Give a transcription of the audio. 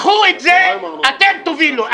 קחו את זה, אתם תובילו.